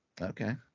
Okay